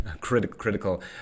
critical